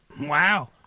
Wow